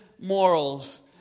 morals